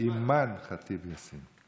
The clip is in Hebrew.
אימאן ח'טיב יאסין.